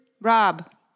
rob